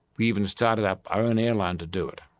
we even started up our own airline to do it.